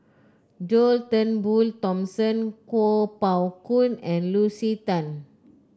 John Turnbull Thomson Kuo Pao Kun and Lucy Tan